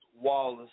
Wallace